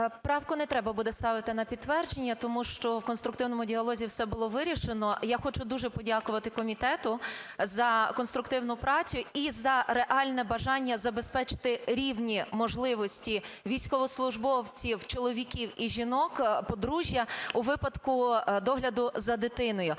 Правку не треба буде ставити на підтвердження, тому що в конструктивному діалозі все було вирішено. Я хочу дуже подякувати комітету за конструктивну працю і за реальне бажання забезпечити рівні можливості військовослужбовців чоловіків і жінок, подружжя, у випадку догляду за дитиною.